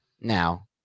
now